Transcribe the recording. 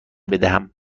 بدهم